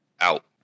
out